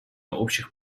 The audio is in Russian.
общих